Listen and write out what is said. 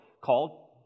called